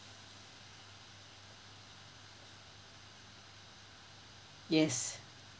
yes